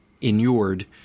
inured